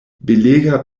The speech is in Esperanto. belega